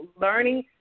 learning